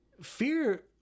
fear